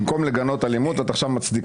במקום לגנות אלימות את עכשיו מצדיקה.